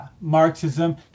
Marxism